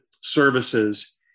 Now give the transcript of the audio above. services